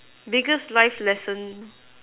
biggest life lesson